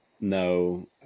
No